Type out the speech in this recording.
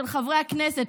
של חברי הכנסת.